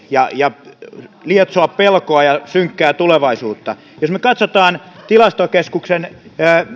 ja ja lietsoo pelkoa ja synkkää tulevaisuutta ei ole oikein jos me me katsomme tilastokeskuksen